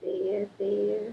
ir tai